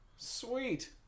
Sweet